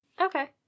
okay